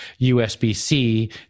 USB-C